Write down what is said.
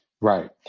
Right